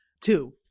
two